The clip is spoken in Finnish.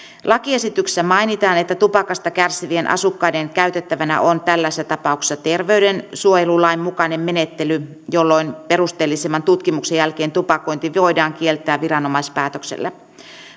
lakiesityksessä mainitaan että tupakasta kärsivien asukkaiden käytettävänä on tällaisessa tapauksessa terveydensuojelulain mukainen menettely jolloin perusteellisemman tutkimuksen jälkeen tupakointi voidaan kieltää viranomaispäätöksellä